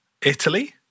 Italy